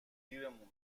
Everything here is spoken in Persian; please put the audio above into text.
دیرمون